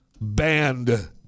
banned